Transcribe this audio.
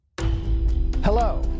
Hello